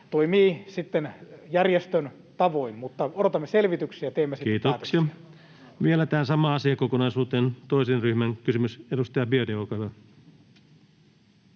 toimii sitten järjestön tavoin. Mutta odotamme selvityksiä ja teemme sitten päätöksiä. Vielä tähän samaan asiakokonaisuuteen toisen ryhmän kysymys. — Edustaja Biaudet, olkaa hyvä.